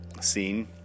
scene